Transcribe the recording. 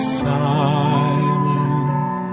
silent